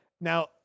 Now